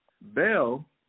Bell